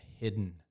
hidden